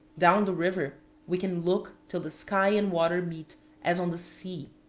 down the river we can look till the sky and water meet as on the sea,